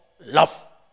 love